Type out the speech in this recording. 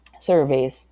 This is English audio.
surveys